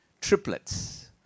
triplets